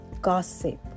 gossip